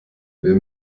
wer